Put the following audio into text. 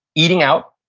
eating out,